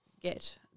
get